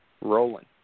rolling